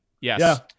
yes